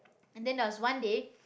and then there was one day